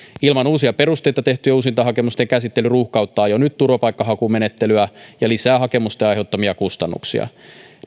ilman uusia perusteita tehtyjen uusintahakemusten käsittely ruuhkauttaa jo nyt turvapaikkahakumenettelyä ja lisää hakemusten aiheuttamia kustannuksia